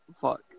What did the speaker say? fuck